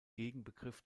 gegenbegriff